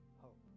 hope